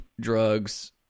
drugs